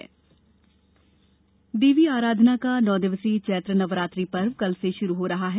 नवरात्रि देवी आराधना का नौ दिवसीय चैत्र नवरात्रि पर्व कल से शुरू हो रहा है